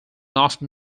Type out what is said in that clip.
often